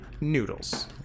noodles